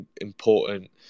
important